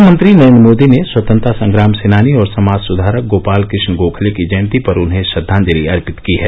प्रधानमंत्री नरेन्द्र मोदी ने स्वतंत्रता संग्राम सेनानी और समाज सुधारक गोपाल कृष्ण गोखले की जयंती पर उन्हें श्रद्वांजलि अर्पित की है